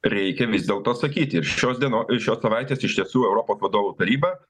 reikia vis dėlto atsakyti ir šios dieno šios savaitės iš tiesų europos vadovų taryba